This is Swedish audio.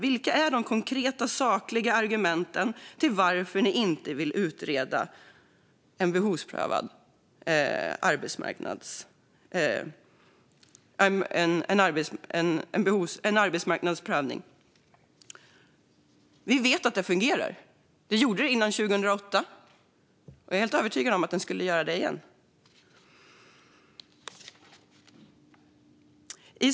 Vilka är de konkreta, sakliga argumenten för att regeringen inte vill utreda en arbetsmarknadsprövning? Man vet ju att det fungerar. Det gjorde det innan 2008, och jag är helt övertygad om att det skulle göra det igen.